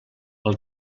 pel